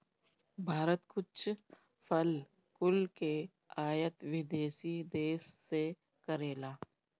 भारत कुछ फल कुल के आयत विदेशी देस से करेला